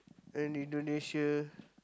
and Indonesia